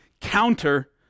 counter